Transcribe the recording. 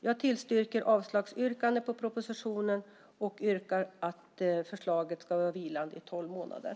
Jag tillstyrker yrkandet om avslag på propositionen och yrkar att förslaget ska vara vilande i tolv månader.